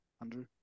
Andrew